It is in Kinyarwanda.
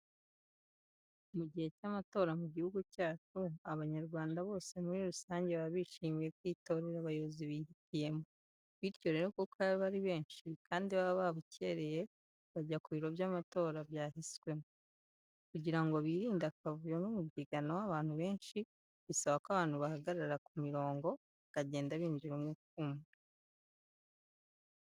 Mu gihe cy'amatora mu gihugu cyacu, Abanyarwanda bose muri rusange baba bishimiye kwitorera abayobozi bihitiyemo, bityo rero kuko aba ari benshi kandi baba babukereye bajya ku biro by'amatora byahiswemo. Kugira ngo birinde akavuyo n'umubyigano w'abantu benshi bisaba ko abantu bahagarara ku mirongo, bagenda binjira umwe umwe.